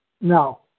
No